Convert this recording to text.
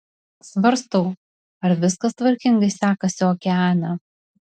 svarstau ar viskas tvarkingai sekasi okeane